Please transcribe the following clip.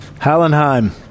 Hallenheim